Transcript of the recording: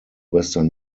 western